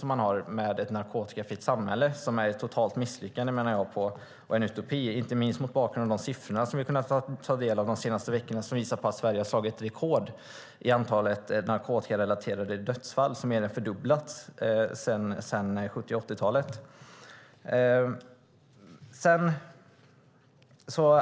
Jag menar att den behandling som ges är ett totalt misslyckande och en utopi, inte minst mot bakgrund av de siffror vi de senaste veckorna kunnat ta del av. De visar att Sverige slagit rekord i antalet narkotikarelaterade dödsfall, som mer än fördubblats sedan 70 och 80-talet.